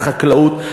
לחקלאות,